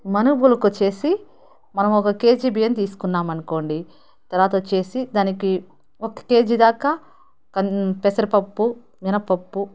మనువులకి వచ్చేసి మనం ఒక కేజీ బియ్యం తీసుకున్నాం అనుకోండి తర్వాత వచ్చేసి దానికి ఒక కేజీ దాక కన్ పెసరపప్పు మినపప్పు